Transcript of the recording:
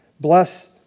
Bless